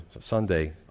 Sunday